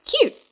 cute